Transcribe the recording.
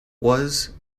was